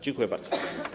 Dziękuję bardzo.